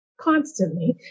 constantly